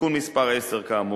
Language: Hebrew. (תיקון מס' 10 והוראת שעה), כאמור,